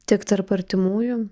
tik tarp artimųjų